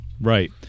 Right